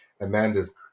Amanda's